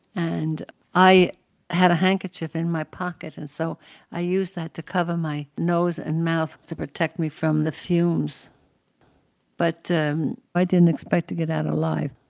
and i had a handkerchief in my pocket and so i used that to cover my nose and mouth to protect me from the fumes but um i didn't expect to get out alive.